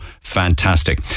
fantastic